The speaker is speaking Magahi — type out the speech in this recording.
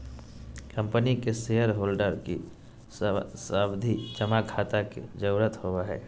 कम्पनी के शेयर होल्डर के सावधि जमा खाता के जरूरत होवो हय